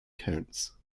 counts